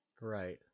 Right